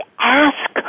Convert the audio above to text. ask